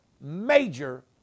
major